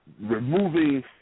removing